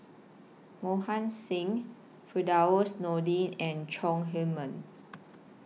Mohan Singh Firdaus Nordin and Chong Heman